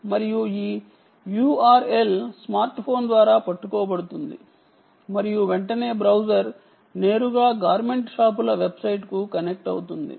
మరియు ఈ URL smart phone ద్వారా పట్టుకోబడుతుంది మరియు వెంటనే బ్రౌజర్ నేరుగా గార్మెంట్ షాపుల వెబ్సైట్కు కనెక్ట్ అవుతుంది